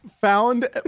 found